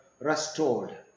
restored